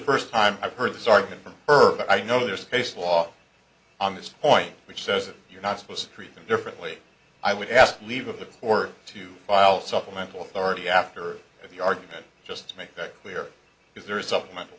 first time i've heard this argument from her that i know their space law on this point which says that you're not suppose treated differently i would ask leave of the court to file supplemental authority after the argument just to make that clear because there is supplemental